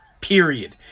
period